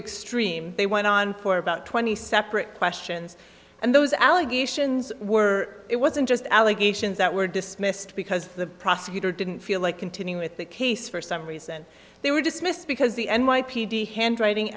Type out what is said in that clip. extreme they went on for about twenty separate questions and those allegations were it wasn't just allegations that were dismissed because the prosecutor didn't feel like continue with the case for some reason they were dismissed because the n y p d handwriting